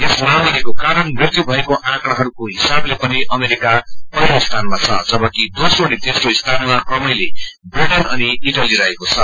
यस महामारीको कारण मृत्यु भएको औँकड़ाइस्को हिसाबले पनि अमेरिका पहिलो स्थानमा छ जबकि दोम्रो अनि तेस्रो स्थानमा क्रमैले ब्रिटेन अनि इठली रहेको छ